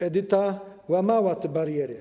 Edyta łamała te bariery.